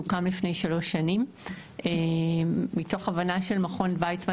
הוא קם לפני כשלוש שנים מתוך הבנה של מכון ויצמן